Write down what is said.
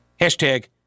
Hashtag